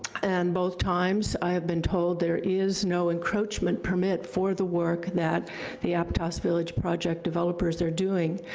and both times i have been told there is no encroachment permit for the work that the aptos village project developers are doing,